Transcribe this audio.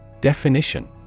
Definition